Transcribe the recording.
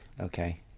Okay